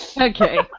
Okay